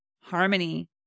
harmony